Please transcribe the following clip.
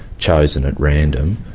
chosen at random,